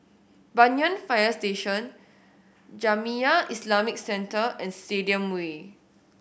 Banyan Fire Station Jamiyah Islamic Centre and Stadium Way